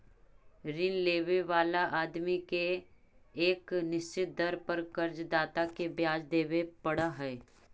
ऋण लेवे वाला आदमी के एक निश्चित दर पर कर्ज दाता के ब्याज देवे पड़ऽ हई